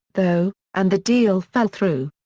though, and the deal fell through.